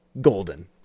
golden